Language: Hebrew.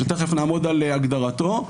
שמיד נעמוד על הגדרתו,